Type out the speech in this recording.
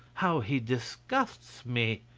how he disgusts me!